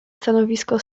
stanowisko